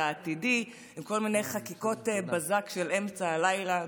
"העתידי" וכל מיני חקיקות בזק של אמצע הלילה.